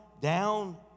down